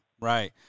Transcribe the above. Right